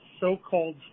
so-called